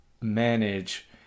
manage